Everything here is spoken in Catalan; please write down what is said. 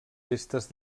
gestes